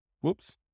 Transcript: Whoops